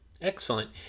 Excellent